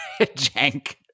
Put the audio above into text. jank